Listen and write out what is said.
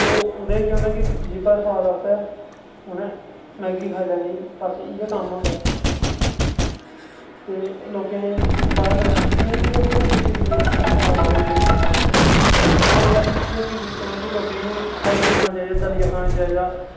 ओह्दे च केह् होंदा कि जीबा दे सोआद आस्तै उ'नें मैह्गी खाई लैनी बस इ'यै कम्म होंदा ते लोकें बाह्र जाने आस्तै मैह्गी जेह्ड़ी होंदी ऐ शरीरे गी खराब करी ओड़दी ऐ ते होर केह् सिस्टम ऐ कि लोकें गी हैल्दी खाना चाहिदा दलिया खाना चाहिदा